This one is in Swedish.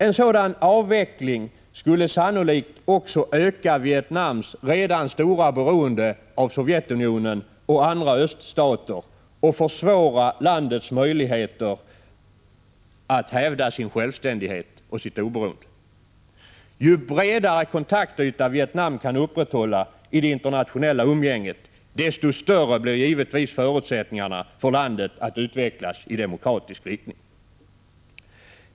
En sådan avveckling skulle sannolikt också öka Vietnams redan stora beroende av Sovjetunionen och andra öststater och försvåra landets möjligheter att hävda sin självständighet och sitt oberoende. Ju bredare kontaktyta Vietnam kan upprätthålla i det internationella umgänget, desto större blir givetvis förutsättningarna för landet att utvecklas i demokratisk riktning.